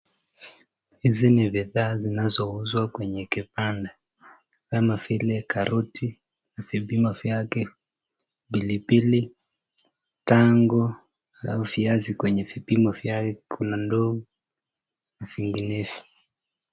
Hizi ni bidhaa zinazouzwa kwenye kipanda kama vile karoti vipimo vyake, pilipli tangu au viazi kwenye vipimo vyake Kuna ndoo vilevile.